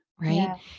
right